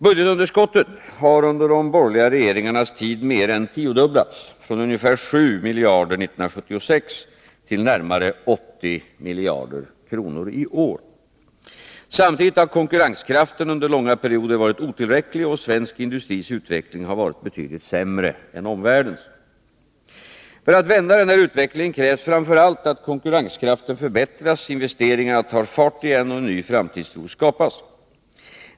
Budgetunderskottet har under de borgerliga regeringarnas tid mer än tiodubblats, från ungefär 7 miljarder kronor 1976 till närmare 80 miljarder kronor i år. Samtidigt har konkurrenskraften under långa perioder varit otillräcklig, och svensk industris utveckling har varit betydligt sämre än omvärldens. För att vända denna utveckling krävs framför allt att konkurrenskraften förbättras, investeringarna tar fart igen och en ny framtidstro skapas.